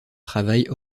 travaillent